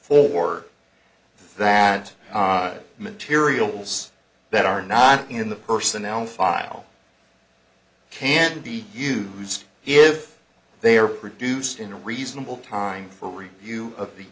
four that materials that are not in the personnel file can be used if they are produced in a reasonable time for review of the